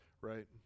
Right